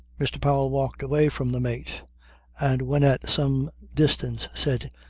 mr. powell walked away from the mate and when at some distance said,